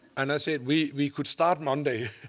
and i said we we could start monday.